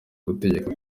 gutegeka